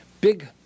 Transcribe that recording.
big